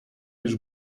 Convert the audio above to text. już